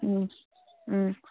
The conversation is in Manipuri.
ꯎꯝ ꯎꯝ